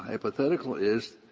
hypothetical is,